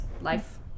Life